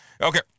okay